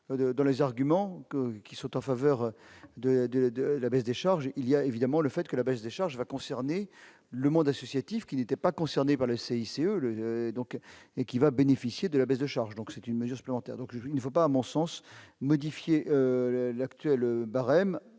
dans les arguments qui sont en faveur de, de, de la baisse des charges, il y a évidemment le fait que la baisse des charges va concerner le monde associatif qui n'étaient pas concernés par le CICE, donc, et qui va bénéficier de la baisse de charges, donc c'est une mesure supplémentaire, donc je ne veux pas à mon sens, modifier l'actuel barème